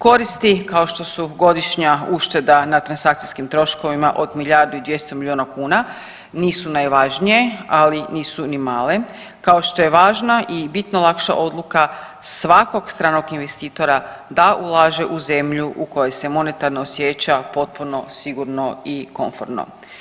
Koristi kao što su godišnja ušteda na transakcijskim troškovima od milijardu i 200 milijuna kuna nisu najvažnije, ali nisu ni male, kao što je važna i bitno lakša odluka svakog stranog investitora da ulaže u zemlju u kojoj se monetarno osjeća potpuno sigurno i komorno.